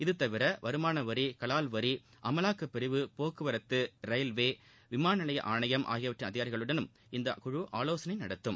இதுதவிர வருமான வரி களால் வரி அமலாக்கப்பிரிவு போக்குவரத்து ரயில்வே விமானம் நிலைய ஆணையம் ஆகியவற்றின் அதிகாரிகளுடனும் இந்தக் குழு ஆலோசனை நடத்தும்